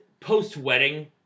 Post-wedding